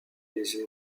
les